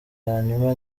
hanyuma